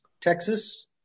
Texas